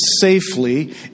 safely